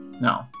No